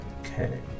okay